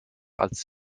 als